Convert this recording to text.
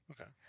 Okay